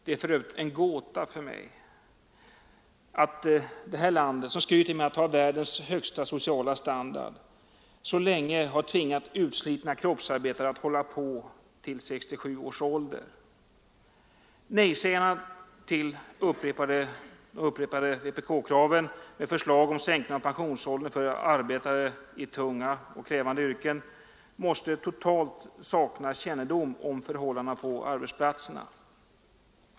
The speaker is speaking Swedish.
Det är för övrigt en gåta för mig att detta land, som skryter med att ha världens högsta sociala standard, så länge har tvingat utslitna kroppsarbetare att hålla på till 67 års ålder. Nejsägarna till de upprepade vpk-kraven med förslag om sänkning av pensionsåldern för arbetare i tunga och krävande yrken måste totalt sakna kännedom om förhållandena på arbetsplatserna.